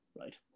right